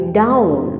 down